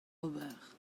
ober